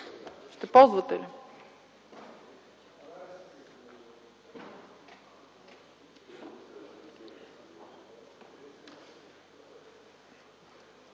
ще ползвате ли?